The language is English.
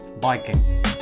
Biking